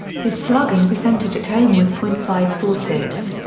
his slugging percentage at home was point five four six,